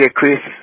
Chris